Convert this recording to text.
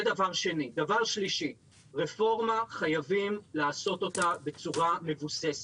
דבר שלישי, רפורמה חייבים לעשות בצורה מבוססת.